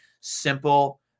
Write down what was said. simple